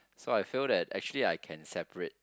so I feel that actually I can separate